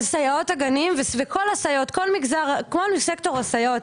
על סייעות הגנים וכל הסייעות, כל סקטור הסייעות.